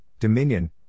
dominion